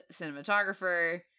cinematographer